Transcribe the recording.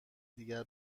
دیگر